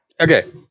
Okay